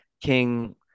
King